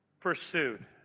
pursued